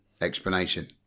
explanation